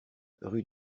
rue